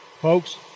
Folks